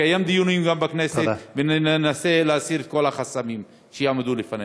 נקיים דיונים בכנסת וננסה להסיר את כל החסמים שיעמדו לפנינו.